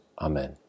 Amen